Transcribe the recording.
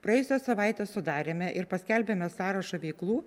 praėjusią savaitę sudarėme ir paskelbėme sąrašą veiklų